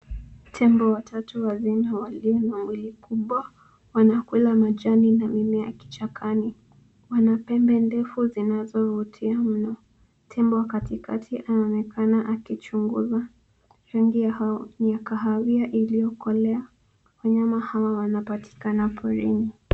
Tembo watatu wazima walio na miili mikubwa wanakula majani na mimea ya kichakani. Wana pembe ndefu zinazovutia mno. Tembo wa katikati anaonekana akichunguza. Rangi Yao ni ya kahawia iliyokolea. Wanyama hawa wanapatikana porini.